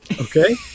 okay